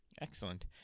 Excellent